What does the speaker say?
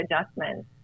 adjustments